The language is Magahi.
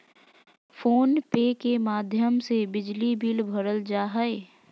फोन पे के माध्यम से बिजली बिल भरल जा हय